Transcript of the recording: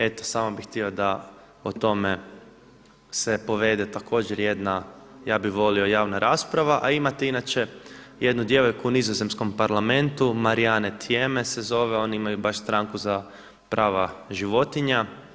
Eto samo bi htio da o tome se povede također jedna ja bih volio javna rasprava, a imate inače jednu djevojku u Nizozemskom parlamentu Marianne Thieme se zove oni imaju baš stranku za prava životinja.